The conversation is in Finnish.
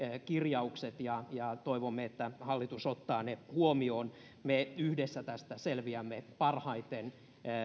kirjaukset ja ja toivomme että hallitus ottaa ne huomioon me yhdessä tästä selviämme parhaiten